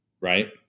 right